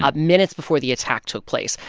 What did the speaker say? um minutes before the attack took place.